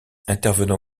intervenant